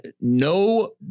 no